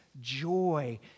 joy